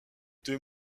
deux